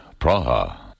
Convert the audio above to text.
Praha